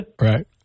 Right